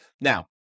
Now